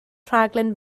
rhaglen